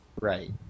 Right